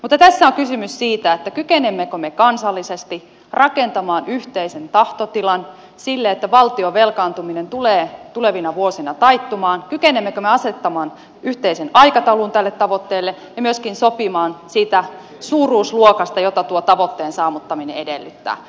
mutta tässä on kysymys siitä kykenemmekö me kansallisesti rakentamaan yhteisen tahtotilan sille että valtion velkaantuminen tulee tulevina vuosina taittumaan kykenemmekö me asettamaan yhteisen aikataulun tälle tavoitteelle ja myöskin sopimaan siitä suuruusluokasta jota tuon tavoitteen saavuttaminen edellyttää